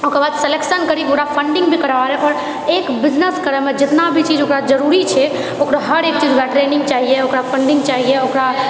ओकराबाद सेलेक्शन करि ओकरा फण्डिंग भी करवाए रहै एक बिजनेस करैमे जितना भी चीज ओकरा जरूरी छै ओकरा हरेक चीज लए ट्रेनिङ्ग चाहिए फण्डिंग चाहिए ओकरा